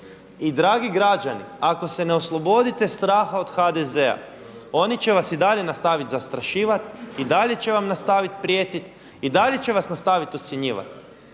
I dragi građani ako se ne oslobodite straha od HDZ-a oni će vas i dalje nastavit zastrašivat i dalje će vam nastaviti prijetiti i dalje će vas nastaviti ucjenjivati.